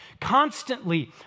constantly